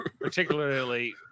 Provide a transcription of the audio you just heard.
particularly